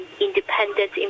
independent